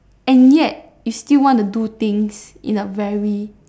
and yet you still want to do things in a very